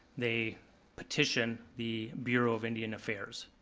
they petition the bureau of indian affairs,